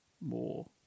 more